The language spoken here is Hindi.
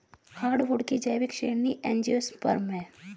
हार्डवुड की जैविक श्रेणी एंजियोस्पर्म है